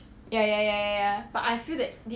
ya ya ya ya ya